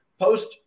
post